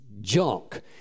junk